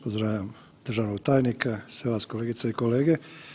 Pozdravljam državnog tajnika, sve vas kolegice i kolege.